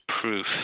proof